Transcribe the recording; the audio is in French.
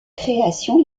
création